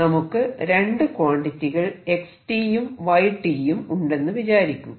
നമുക്ക് രണ്ടു ക്വാണ്ടിറ്റികൾ X യും Y യും ഉണ്ടെന്നു വിചാരിക്കുക